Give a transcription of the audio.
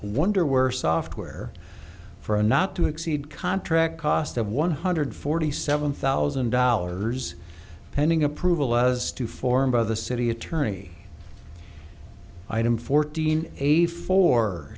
wonder where software for a not to exceed contract cost of one hundred forty seven thousand dollars pending approval was to form by the city attorney item fourteen eighty four